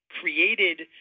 created